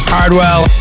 Hardwell